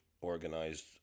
organized